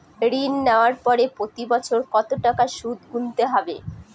ঋণ নেওয়ার পরে প্রতি বছর কত টাকা সুদ গুনতে হবে?